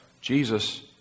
Jesus